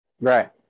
Right